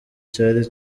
cari